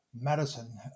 medicine